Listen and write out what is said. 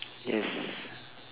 yes